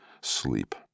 sleep